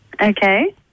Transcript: Okay